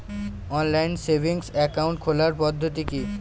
Online savings account খোলার পদ্ধতি কি?